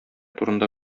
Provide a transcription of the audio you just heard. турында